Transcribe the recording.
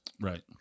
Right